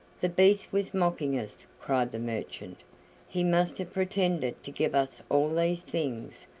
the beast was mocking us, cried the merchant he must have pretended to give us all these things,